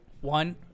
One